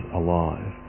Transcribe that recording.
alive